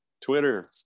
Twitter